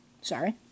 Sorry